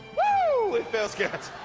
whoohoo it feels good!